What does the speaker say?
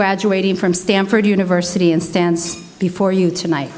graduating from stanford university and stands before you tonight